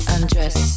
undress